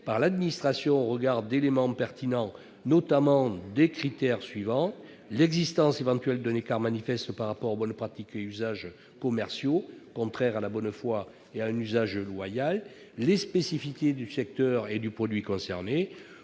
par l'administration au regard d'éléments pertinents, notamment les critères suivants : l'existence éventuelle d'un écart manifeste par rapport aux bonnes pratiques et usages commerciaux- mauvaise foi et usage déloyal ; les spécificités du secteur et du produit concerné